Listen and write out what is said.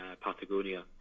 Patagonia